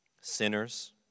Sinners